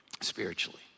spiritually